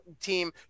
team